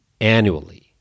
annually